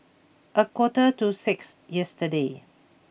a quarter to six yesterday